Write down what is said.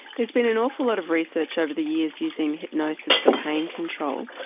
there's been an awful lot of research over the years using hypnosis for pain control,